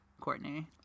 Courtney